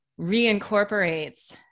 reincorporates